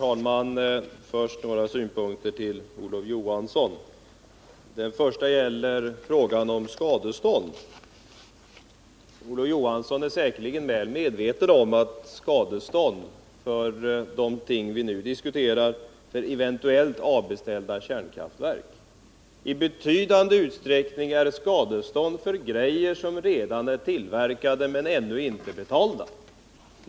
Herr talman! Olof Johansson är säkerligen väl medveten om att skadestånd för eventuellt avbeställda kärnkraftverk i betydande utsträckning är skadestånd för grejer som redan är tillverkade men ännu inte betalda.